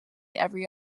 every